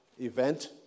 event